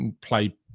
play